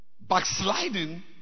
Backsliding